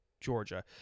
Georgia